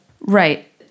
Right